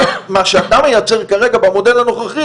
מה שאתה מייצר כרגע במודל הנוכחי,